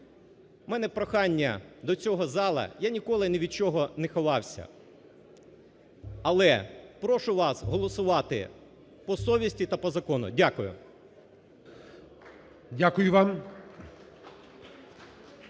У мене прохання до цього залу, я ніколи ні від чого не ховався, але прошу вас голосувати по совісті та по закону. Дякую. ГОЛОВУЮЧИЙ.